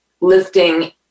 lifting